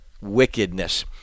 wickedness